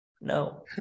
no